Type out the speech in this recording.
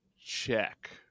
check